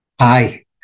Hi